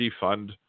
defund